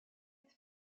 its